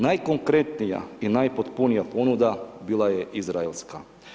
Najkonkretnija i najpotpunija ponuda bila je izraelska.